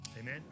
amen